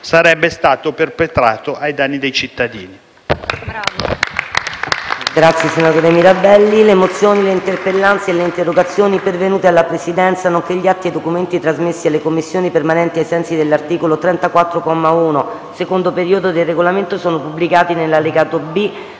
sarebbe stato perpetrato ai danni dei cittadini.